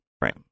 right